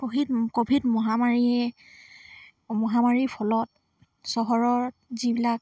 Covid covid মহামাৰীয়ে মহাৰীৰ ফলত চহৰৰ যিবিলাক